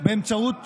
באמצעות